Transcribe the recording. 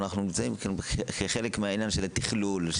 ואנחנו נמצאים כחלק מהעניין של התכלול,